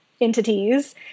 Entities